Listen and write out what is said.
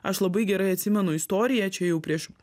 aš labai gerai atsimenu istoriją čia jau prieš